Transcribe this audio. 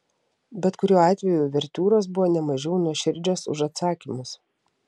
bet kuriuo atveju uvertiūros buvo ne mažiau nuoširdžios už atsakymus